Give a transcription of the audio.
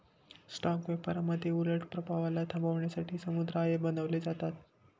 stock व्यापारामध्ये उलट प्रभावाला थांबवण्यासाठी समुदाय बनवले जातात